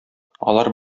алар